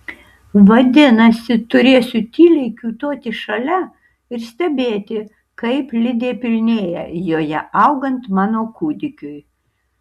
vadinasi turėsiu tyliai kiūtoti šalia ir stebėti kaip lidė pilnėja joje augant mano kūdikiui